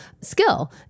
skill